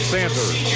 Sanders